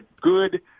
good